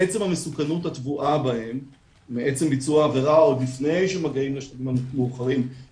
מעצם המסוכנות הטבועה בהן מעצם ביצוע העבירה עוד לפני הערכות מסוכנות,